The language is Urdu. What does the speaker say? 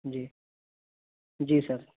جی جی سر